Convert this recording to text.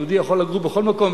יהודי יכול לגור בכל מקום,